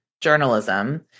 journalism